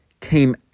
came